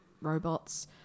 robots